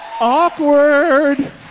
Awkward